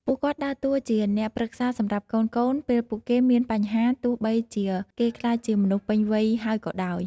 ពួកគាត់ដើរតួជាអ្នកប្រឹក្សាសម្រាប់កូនៗ ពេលពួកគេមានបញ្ហា ទោះបីជាគេក្លាយជាមនុស្សពេញវ័យហើយក៏ដោយ។